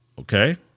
Okay